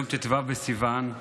יום ט"ו בסיוון.